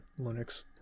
Linux